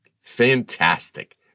Fantastic